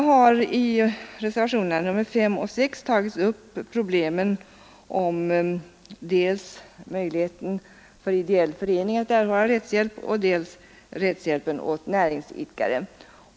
I reservationerna 5 och 6 behandlas möjligheten för ideell förening att erhålla rättshjälp samt rättshjälp åt näringsidkare.